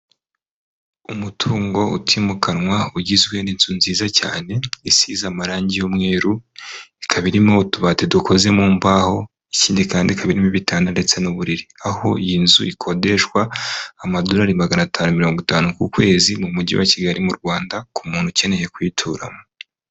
Umutungo utimukanwa ugizwe n'inzu nziza cyane isize amarange y'umweru, ikaba irimo utubati dukoze mu mbaho, ikindi kandi ikaba irimo ibitanda ndetse n'uburiri. Aho iyi nzu ikodeshwa amadolari magana atanu mirongo itanu ku kwezi mu mujyi wa Kigali mu Rwanda, ku muntu ukeneye kuyituramo.